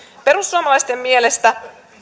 perussuomalaisten mielestä